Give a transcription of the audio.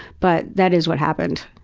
but that is what happened.